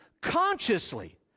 consciously